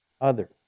others